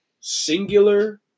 singular